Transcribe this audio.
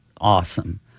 awesome